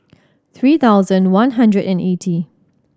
three thousand one hundred and eighty